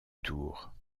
tour